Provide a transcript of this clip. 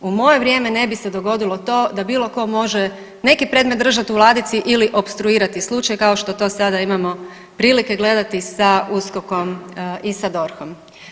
U moje vrijeme ne bi se dogodilo to da bilo tko može neki predmet držati u ladici ili opstruirati slučaj kao što to sada imamo prilike gledati sa USKOK-om i DORH-om.